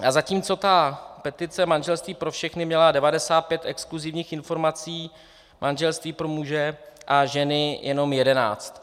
A zatímco ta petice Manželství pro všechny měla 95 exkluzivních informací, tak Manželství pro muže a ženy jenom 11.